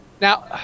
Now